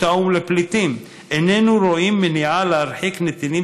האו"ם לפליטים: איננו רואים מניעה להרחיק נתיבים